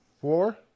Four